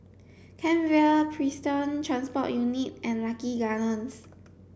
Kent Vale Prison Transport Unit and Lucky Gardens